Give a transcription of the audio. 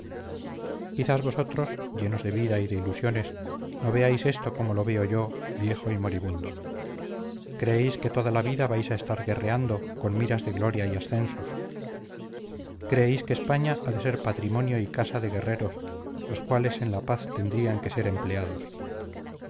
quizás vosotros llenos de vida y de ilusiones no veáis esto como lo veo yo viejo y moribundo creéis que toda la vida vais a estar guerreando con miras de gloria y ascensos creéis que españa ha de ser patrimonio y casa de guerreros los cuales en la paz tendrían que ser empleados